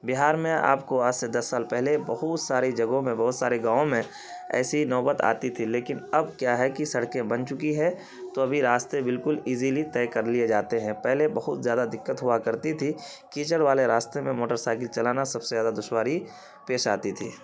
بہار میں آپ کو آج سے دس سال پہلے بہت ساری جگہوں میں بہت سارے گاؤں میں ایسی نوبت آتی تھی لیکن اب کیا ہے کہ سڑکیں بن چکی ہیں تو ابھی راستے بالکل ایزیلی طے کر لیے جاتے ہیں پہلے بہت زیادہ دقت ہوا کرتی تھی کیچڑ والے راستے میں موٹر سائکل چلانا سب سے زیادہ دشواری پیش آتی تھی